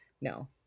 no